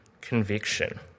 conviction